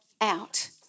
out